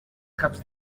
caps